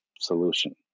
solution